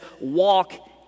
walk